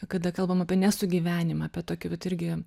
kada kalbam apie nesugyvenimą apie tokį vat irgi